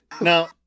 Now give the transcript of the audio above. Now